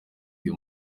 the